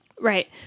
Right